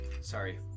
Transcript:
Sorry